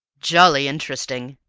jolly interesting!